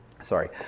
Sorry